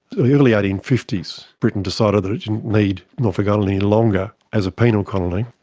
in the early eighteen fifty s britain decided that it didn't need norfolk island any longer as a penal colony,